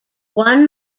one